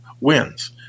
wins